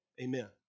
Amen